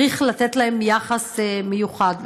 צריך לתת להם יחס מיוחד.